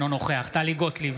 אינו נוכח טלי גוטליב,